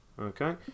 Okay